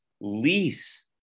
lease